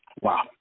Wow